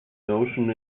notion